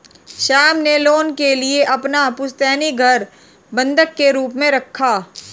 श्याम ने लोन के लिए अपना पुश्तैनी घर बंधक के रूप में रखा